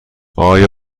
آیا